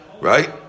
Right